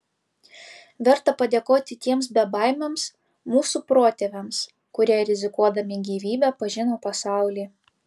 verta padėkoti tiems bebaimiams mūsų protėviams kurie rizikuodami gyvybe pažino pasaulį